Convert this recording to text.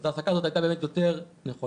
אז ההעסקה הזאת הייתה באמת יותר נכונה.